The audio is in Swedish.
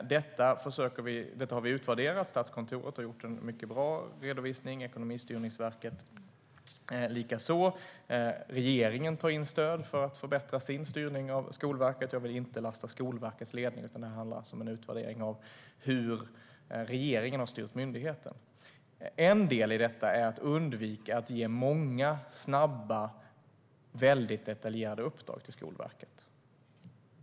Detta har vi utvärderat. Statskontoret har gjort en mycket bra redovisning; Ekonomistyrningsverket likaså. Regeringen tar in stöd för att förbättra sin styrning av Skolverket. Jag vill inte lasta Skolverkets ledning, utan det handlar alltså om en utvärdering av hur regeringen har styrt myndigheten. En del i detta är att undvika att ge många snabba, väldigt detaljerade uppdrag till Skolverket.